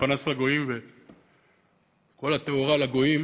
פנס לגויים וכל התאורה לגויים,